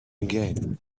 again